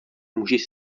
můžeš